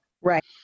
Right